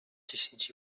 dziesięć